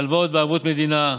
הלוואות בערבות מדינה,